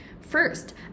First